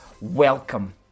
Welcome